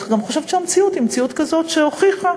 אני גם חושבת שהמציאות היא מציאות כזאת שהוכיחה